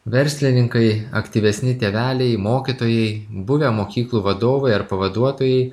verslininkai aktyvesni tėveliai mokytojai buvę mokyklų vadovai ar pavaduotojai